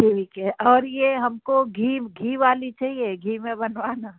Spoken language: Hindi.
ठीक है और यह हमको घी घी वाली चहिए घी मे बनवाना